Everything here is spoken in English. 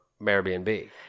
Airbnb